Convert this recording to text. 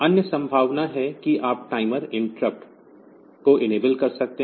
अन्य संभावना है कि आप टाइमर इंटरप्ट को इनेबल कर सकते हैं